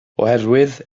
oherwydd